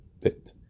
bit